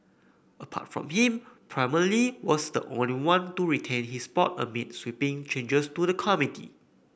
apart from him Premier Li was the only one to retain his spot amid sweeping changes to the committee